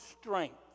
strength